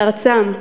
בארצם.